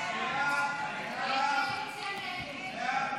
ההצעה להעביר את